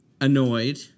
annoyed